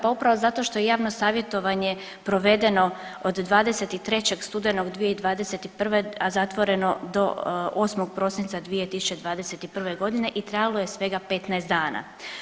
Pa upravo zato što je javno savjetovanje provedeno od 23. studenog 2021., a zatvoreno do 8. prosinca 2021. g. i trajalo je svega 15 dana.